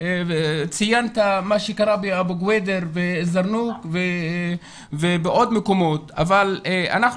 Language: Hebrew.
ציינת מה שקרה באבו קוידר וזרנוק ובעוד מקומות אבל אנחנו